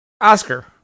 Oscar